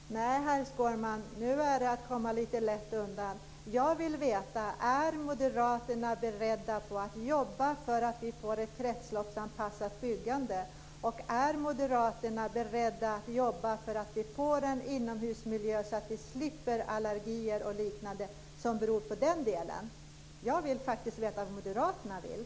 Herr talman! Nej, herr Skårman, nu är det att komma lite lätt undan. Jag vill veta: Är Moderaterna beredda att jobba för att vi får ett kretsloppsanpassat byggande? Är Moderaterna beredda att jobba för att vi får en sådan inomhusmiljö att vi slipper allergier och liknande som på beror på det? Jag vill faktiskt veta vad Moderaterna vill.